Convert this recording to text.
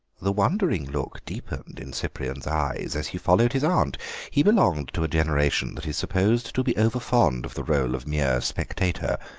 the wondering look deepened in cyprian's eyes as he followed his aunt he belonged to a generation that is supposed to be over-fond of the role of mere spectator,